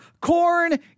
corn